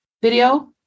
video